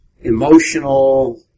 emotional